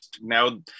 now